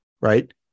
right